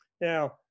Now